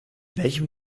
welchem